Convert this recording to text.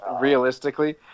realistically –